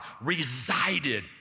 resided